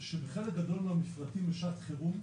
זה שבחלק גדול מהמפרטים לשעת חירום,